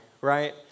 right